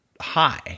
high